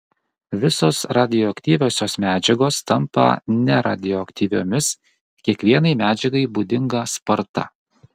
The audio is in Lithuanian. visos radioaktyviosios medžiagos tampa neradioaktyviomis kiekvienai medžiagai būdinga sparta